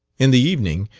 in the evening,